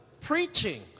preaching